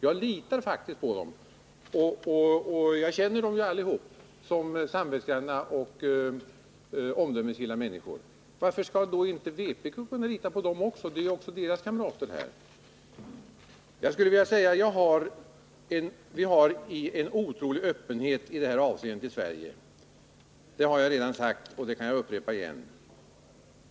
Jag litar faktiskt på dem. Jag känner dem ju allihop som samvetsgranna och omdömesgilla människor. Varför skall då inte vpk också kunna lita på dem? De är ju vpk:s kamrater också här i riksdagen. Jag skulle vilja säga att vi har en otrolig öppenhet i det här avseendet i Sverige. Det har jag redan sagt, och det kan jag upprepa.